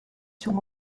sur